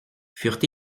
furent